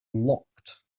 locked